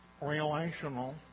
relational